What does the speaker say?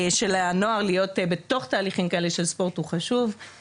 הנוער להיות בתוך תהליכים כאלו של ספורט היא חשובה.